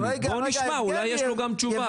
בואו נשמע אם יש לו גם תשובה.